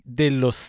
dello